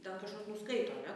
ten kažkur nuskaito ane